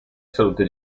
salute